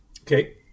Okay